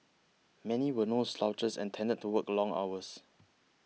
many were no slouches and tended to work long hours